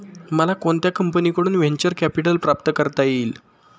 मला कोणत्या कंपनीकडून व्हेंचर कॅपिटल प्राप्त करता येईल?